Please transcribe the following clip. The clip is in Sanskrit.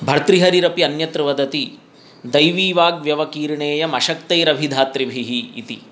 भर्तृहरिरपि अन्यत्र वदति दैवीवाग्व्यवकीर्णेयंशक्तैः अभिधातृभिः इति